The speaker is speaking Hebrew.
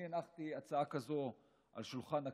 אני הנחתי הצעה כזו על שולחן הכנסת.